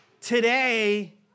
Today